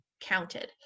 counted